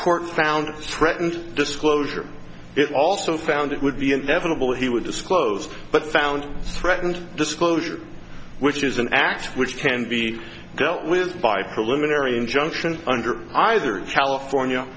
court found threatened disclosure it also found it would be inevitable he would disclose but found threatened disclosure which is an act which can be dealt with by preliminary injunction under either california